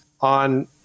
on